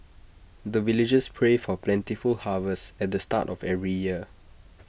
the villagers pray for plentiful harvest at the start of every year